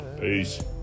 Peace